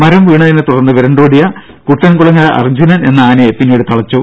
മരം വീണതിനെ തുടർന്ന് വിരണ്ടോടിയ കുട്ടൻകുളങ്ങര അർജ്ജുനൻ എന്ന ആനയെ പിന്നീട് തളച്ചു